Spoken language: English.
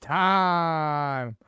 time